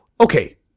okay